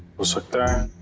sit down.